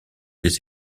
des